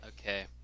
Okay